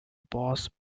boss